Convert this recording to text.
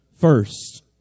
first